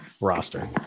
roster